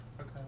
Okay